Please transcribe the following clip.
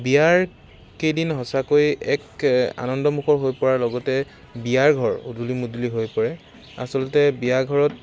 বিয়াৰ কেইদিন সঁচাকৈ এক আনন্দমুখৰ হৈ পৰাৰ লগতে বিয়াৰঘৰ উদুদলি মুদুলি হৈ পৰে আছলতে বিয়া ঘৰত